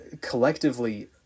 collectively